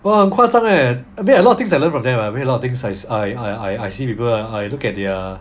!wah! 很夸张 leh I mean a lot of things I learn from them I read a lot of things I I I see people I look at their